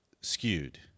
skewed